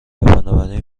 بنابراین